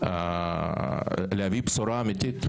ההסתייגות הזאת היא מאוד הגיונית.